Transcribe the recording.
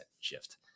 shift